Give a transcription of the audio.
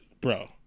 Bro